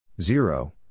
zero